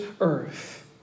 earth